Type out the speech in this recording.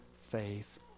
faith